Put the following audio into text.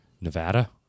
Nevada